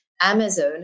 Amazon